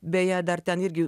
beje dar ten irgi